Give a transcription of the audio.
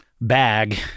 bag